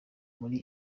muri